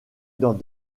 dans